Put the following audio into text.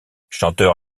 chanteur